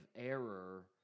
error